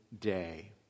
day